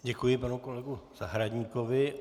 Děkuji panu kolegovi Zahradníkovi.